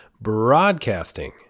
broadcasting